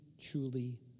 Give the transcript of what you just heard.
truly